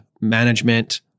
management